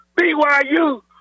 BYU